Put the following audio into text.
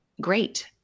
Great